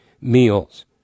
meals